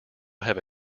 have